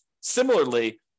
Similarly